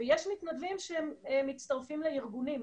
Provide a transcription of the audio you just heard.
ויש מתנדבים שהם מצטרפים לארגונים,